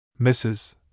Mrs